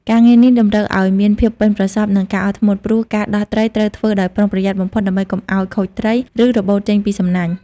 ការងារនេះតម្រូវឲ្យមានភាពប៉ិនប្រសប់និងការអត់ធ្មត់ ព្រោះការដោះត្រីត្រូវធ្វើដោយប្រុងប្រយ័ត្នបំផុតដើម្បីកុំឲ្យខូចត្រី ឬរបូតចេញពីសំណាញ់។